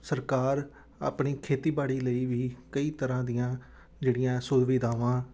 ਸਰਕਾਰ ਆਪਣੀ ਖੇਤੀਬਾੜੀ ਲਈ ਵੀ ਕਈ ਤਰ੍ਹਾਂ ਦੀਆਂ ਜਿਹੜੀਆਂ ਸੁਵਿਧਾਵਾਂ